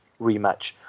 rematch